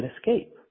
escape